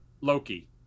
Loki